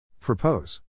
Propose